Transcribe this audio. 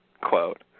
quote